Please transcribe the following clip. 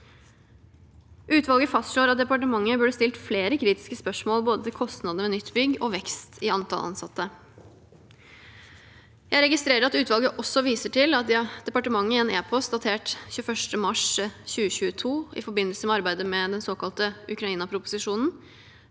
Utvalget fastslår at departementet burde stilt flere kritiske spørsmål, både til kostnadene ved nytt bygg og vekst i antall ansatte. Jeg registrerer at utvalget også viser til at departementet i en e-post datert 21. mars 2022, i forbindelse med arbeidet med den såkalte Ukraina-proposisjonen,